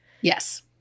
Yes